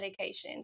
medications